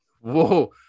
whoa